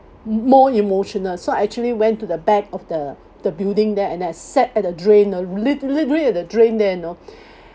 m~ more emotional so I actually went to the back of the the building there and I sat at the drain ah lit~ literally at the drain there you know